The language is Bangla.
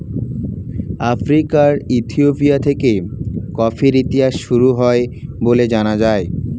আফ্রিকার ইথিওপিয়া থেকে কফির ইতিহাস শুরু হয় বলে জানা যায়